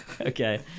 okay